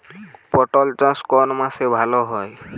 পাট চাষ কোন মাসে ভালো হয়?